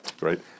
right